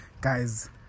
guys